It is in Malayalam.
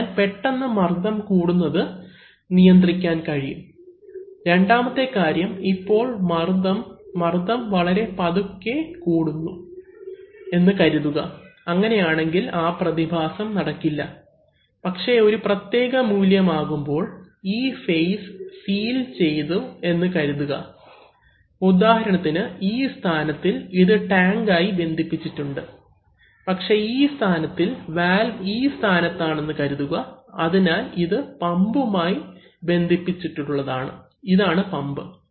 അതിനാൽ പെട്ടെന്ന് മർദ്ദം കൂടുന്നത് നിയന്ത്രിക്കാൻ കഴിയും രണ്ടാമത്തെ കാര്യം ഇപ്പോൾ മർദ്ദം മർദ്ദം വളരെ പതുക്കെ കൂടുന്നു എന്ന് കരുതുക അങ്ങനെയാണെങ്കിൽ ആ പ്രതിഭാസം നടക്കില്ല പക്ഷേ ഒരു പ്രത്യേക മൂല്യം ആകുമ്പോൾ ഈ ഫേസ് സീൽ ചെയ്തു എന്ന് കരുതുക ഉദാഹരണത്തിന് ഈ സ്ഥാനത്തിൽ ഇത് ടാങ്ക് ആയി ബന്ധിപ്പിച്ചിട്ടുണ്ട് പക്ഷേ ഈ സ്ഥാനത്തിൽ വാൽവ് ഈ സ്ഥാനത്താണെന്ന് കരുതുക അതിനാൽ ഇത് പമ്പുമായി ബന്ധിപ്പിച്ചിട്ടുണ്ട് ഇതാണ് പമ്പ്